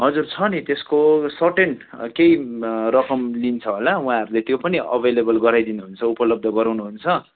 हजुर छ नि त्यसको सर्टेन केही रकम लिन्छ होला उहाँहरूले त्यो पनि अभाइलेबल गराइदिनु हुन्छ उपलब्ध गराउनु हुन्छ